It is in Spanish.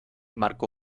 marcó